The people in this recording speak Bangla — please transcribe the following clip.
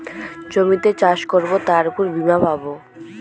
জমিতে চাষ করবো তার উপর বীমা পাবো